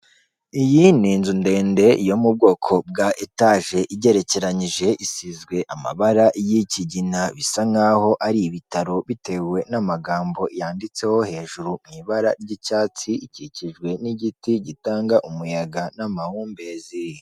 Iyi ni inzu ndende yo mu bwoko bwa etaje, igerekeranyije, isizwe amabara y'ikigina bisa nkaho ari ibitaro bitewe n'amagambo yanditseho hejuru mu ibara ry'icyatsi, ikikijwe n'igiti gitanga umuyaga n'amahumbezi.